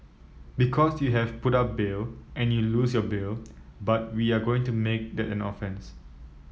because you have put up bail and you lose your bail but we are going to make that an offence